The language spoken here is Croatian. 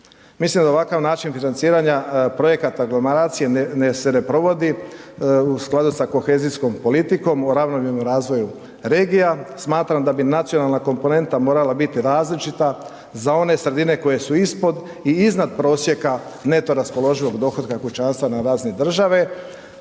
Mislim da ovaka način financiranja projekata aglomeracije se ne provodi u skladu sa kohezijskom politikom o ravnomjernom razvoju regija, smatram da bi nacionalna komponenta moral biti različita za one sredine koje su ispod i iznad prosjeka neto raspoloživog dohotka kućanstva na razini države